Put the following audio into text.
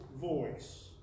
voice